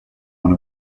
one